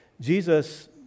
Jesus